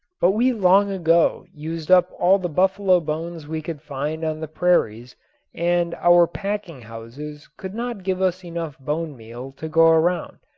but we long ago used up all the buffalo bones we could find on the prairies and our packing houses could not give us enough bone-meal to go around,